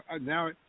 Now